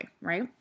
right